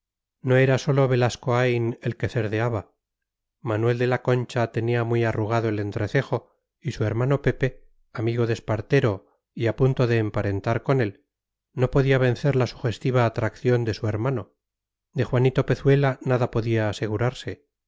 no era sólo belascoain el que cerdeaba manuel de la concha tenía muy arrugado el entrecejo y su hermano pepe amigo de espartero y a punto de emparentar con él no podía vencer la sugestiva atracción de su hermano de juanito pezuela nada podía asegurarse